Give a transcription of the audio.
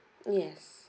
yes